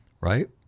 right